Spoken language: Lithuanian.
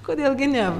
kodėl gi ne